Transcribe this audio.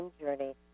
journey